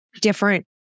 different